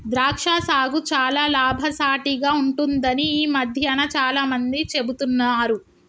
ద్రాక్ష సాగు చాల లాభసాటిగ ఉంటుందని ఈ మధ్యన చాల మంది చెపుతున్నారు